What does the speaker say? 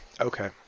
Okay